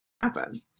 happen